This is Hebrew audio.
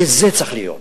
וזה צריך להיות.